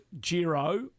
Giro